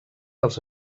els